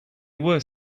were